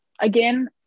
Again